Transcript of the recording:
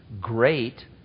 great